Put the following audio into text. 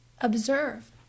observe